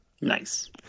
Nice